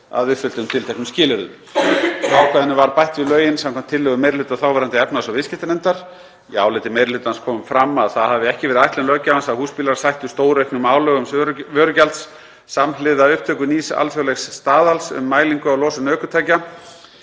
að uppfylltum tilteknum skilyrðum. Ákvæðinu var bætt við lögin samkvæmt tillögu meiri hluta þáverandi efnahags- og viðskiptanefndar. Í áliti meiri hlutans kom fram að það hafi ekki verið ætlun löggjafans að húsbílar sættu stórauknum álögum vörugjalds samhliða upptöku nýs alþjóðlegs staðals um mælingu á losun ökutækja.